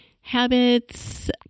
habits